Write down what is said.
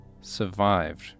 survived